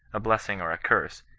a bless ing or a curse,